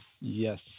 Yes